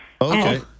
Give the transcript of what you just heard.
Okay